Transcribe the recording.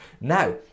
now